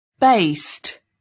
based